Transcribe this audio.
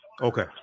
Okay